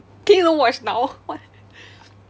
can you don't watch now what